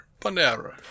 Panera